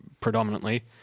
predominantly